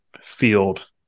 field